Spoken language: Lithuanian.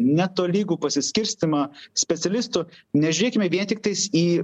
netolygų pasiskirstymą specialistų nežiūrėkime vien tiktais į